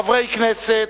חברי כנסת,